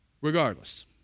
Regardless